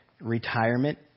retirement